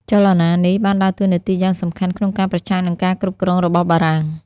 ចលនានេះបានដើរតួនាទីយ៉ាងសំខាន់ក្នុងការប្រឆាំងនឹងការគ្រប់គ្រងរបស់បារាំង។